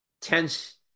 tense